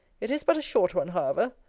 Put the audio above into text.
it is but a short one, however.